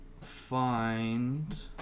find